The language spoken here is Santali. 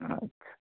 ᱟᱪᱪᱷᱟ